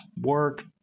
work